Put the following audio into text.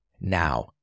now